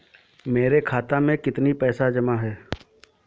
मेरे खाता में कितनी पैसे जमा हैं?